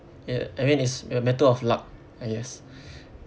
ya I mean it's a matter of luck I guess